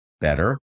better